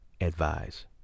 advise